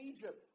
Egypt